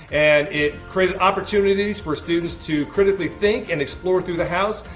and it created opportunities for students to critically think and explore through the house.